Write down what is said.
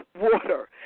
water